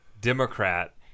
Democrat